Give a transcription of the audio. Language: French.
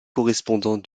correspondant